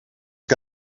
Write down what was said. que